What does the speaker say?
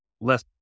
less